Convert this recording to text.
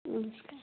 नमस्कार